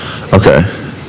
Okay